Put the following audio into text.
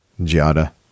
Giada